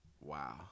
Wow